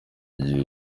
gihe